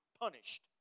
punished